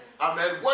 Amen